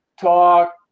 talk